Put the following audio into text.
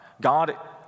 God